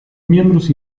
miembros